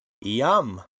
Yum